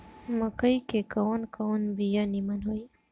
मकई के कवन कवन बिया नीमन होई?